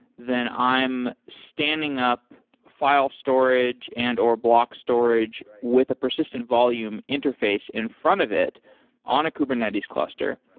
then i am standing up file storage and or block storage with a persistent volume interface in front of it on a kubernetes cluster.